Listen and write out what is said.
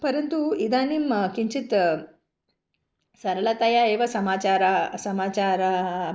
परन्तु इदानीं किञ्चित् सरलतया एव समाचारः समाचारः